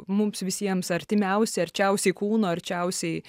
mums visiems artimiausi arčiausiai kūno arčiausiai